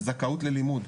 זכאות ללימוד.